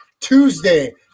Tuesday